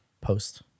post